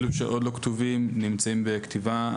אלה שעוד לא כתובים נמצאים בכתיבה.